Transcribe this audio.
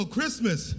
Christmas